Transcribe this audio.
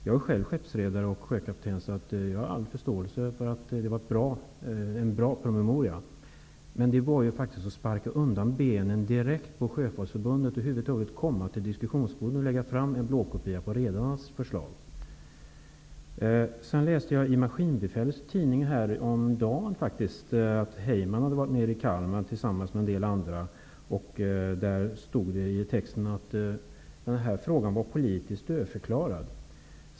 Jag är själv skeppsredare och sjökapten och har därför all förståelse för att det var en bra promemoria. Men det innebar faktiskt att man direkt sparkade undan benen på Sjöfolksförbundet att över huvud taget komma till diskussionsbordet och lägga fram en blåkopia på redarnas förslag. Jag läste i maskinbefälens tidning häromdagen att Tom Heyman hade varit i Kalmar tillsammans med en del andra. Det stod i texten att den här frågan var politiskt dödförklarad.